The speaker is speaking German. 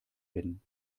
bin